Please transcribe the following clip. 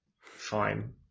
fine